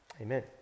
Amen